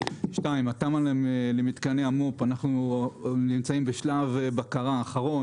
התמ"א למתקני המו"פ אנחנו נמצאים בשלב בקרה אחרון,